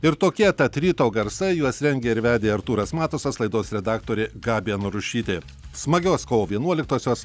ir tokie tad ryto garsai juos rengia ir vedė artūras matusas laidos redaktorė gabija narušytė smagios kovo vienuoliktosios